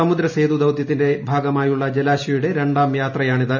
സമുദ്രസേതു ദൌത്യത്തിന്റെ ഭാഗമായുള്ള ജലാശ്വയുടെ രണ്ടാം യാത്രയാണ് ഇത്